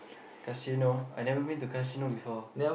cause you know I've never been to casino before